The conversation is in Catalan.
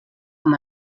amb